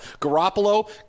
Garoppolo